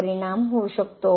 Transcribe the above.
परिणाम होऊ शकतो